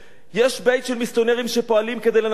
יש בית של מיסיונרים שפועלים כדי לנצר יהודים".